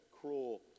cruel